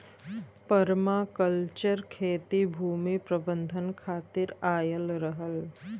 permaculture खेती भूमि प्रबंधन खातिर आयल रहल